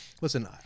listen